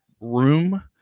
room